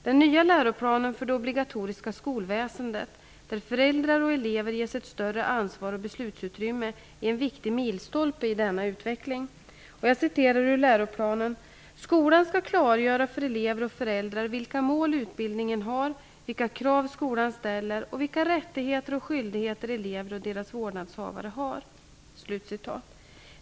Den nya läroplanen för det obligatoriska skolväsendet, där föräldrar och elever ges ett större ansvar och beslutsutrymme, är en viktig milstolpe i denna utveckling. Jag citerar ur läroplanen: ''Skolan skall klargöra för elever och föräldrar vilka mål utbildningen har, vilka krav skolan ställer och vilka rättigheter och skyldigheter elever och deras vårdnadshavare har.''